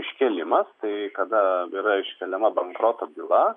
iškėlimas tai kada yra iškeliama bankroto byla